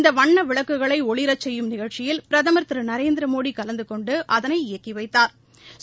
இந்த வண்ண விளக்குகளை ஒளிரச்செய்யும் நிகழ்ச்சியில் பிரதமர் திரு நரேந்திர மோடி கலந்துகொண்டு அதனை இயக்கி வைத்தாா்